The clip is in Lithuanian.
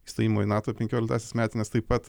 įstojimo į nato penkioliktąsias metines taip pat